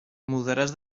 mudaràs